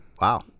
Wow